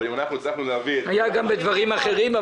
אבל אם אנחנו הצלחנו -- היה גם בדברים אחרים,